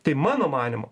tai mano manymu